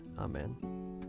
Amen